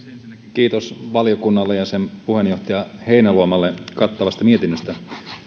kiitos valiokunnalle ja sen puheenjohtaja heinäluomalle kattavasta mietinnöstä